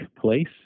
place